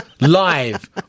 live